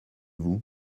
vous